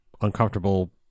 uncomfortable